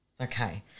Okay